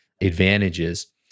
advantages